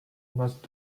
must